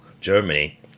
Germany